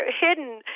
hidden